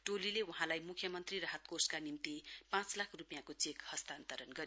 टोलीले वहाँलाई मुख्यमन्त्री राहत कोषका निम्ति पाँच लाख रुपियाँको चेक हस्तान्तरण गर्यो